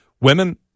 Women